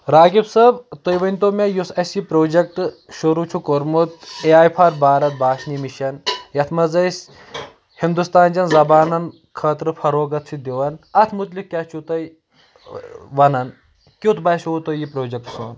راگِب صٲب تُہۍ ؤنۍتو مےٚ یُس اَسہِ یہِ پروجکٹ شروٗع چھُ کوٚرمُت A I for Bharat Bhashini mission یتھ منٛز أسۍ ہندوستانچن زبانن خٲطرٕ فروغت چھُ دِوان اتھ مُتعلق کیٛاہ چھِ تُہۍ ونان کیُتھ باسیو تۄہہِ یہِ پروجیکٹ سون